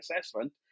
assessment